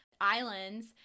islands